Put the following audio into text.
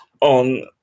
on